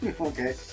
Okay